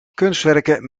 kunstwerken